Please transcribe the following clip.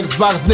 Xbox